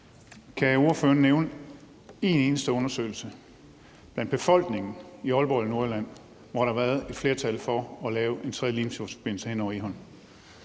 Kan ordføreren nævne en eneste undersøgelse blandt befolkningen i Aalborg i Nordjylland, hvor der har været et flertal for at lave en tredje Limfjordsforbindelse hen over